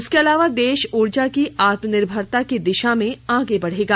इसके अलावा देश ऊर्जा की आत्मनिर्भरता की दिशा में आगे बढ़ेगा